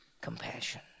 compassion